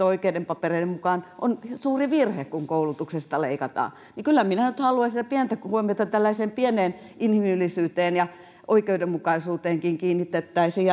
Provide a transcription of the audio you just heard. oikeiden papereiden mukaan on suuri virhe kun koulutuksesta leikataan kyllä minä nyt haluaisin että pientä huomiota tällaiseen pieneen inhimillisyyteen ja oikeudenmukaisuuteenkin kiinnitettäisiin